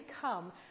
come